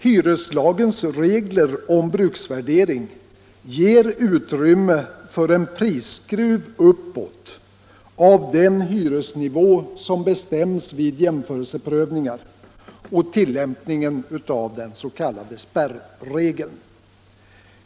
Hyreslagens regler om bruksvärdering ger utrymme för en prisskruv uppåt av den hyresnivå som bestäms vid jämförelseprövningar och tillämpningen av dens.k. spärregeln.